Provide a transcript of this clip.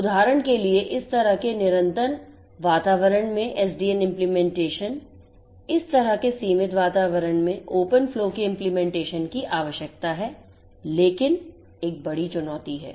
उदाहरण के लिए इस तरह के निरंतर वातावरण में SDNimplementation इस तरह के सीमितवातावरण में Open flow के implementation की आवश्यकता है लेकिन एक बड़ी चुनौती है